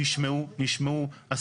נשמעו,